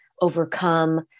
overcome